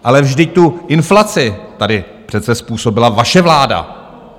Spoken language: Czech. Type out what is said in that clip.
Ale vždyť tu inflaci tady přece způsobila vaše vláda!